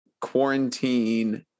quarantine